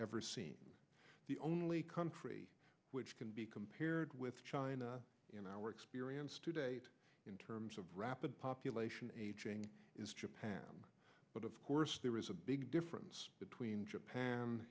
ever seen the only country which can be compared with china in our experience to date in terms of rapid population ageing is japan but of course there is a big difference between japan